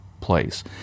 place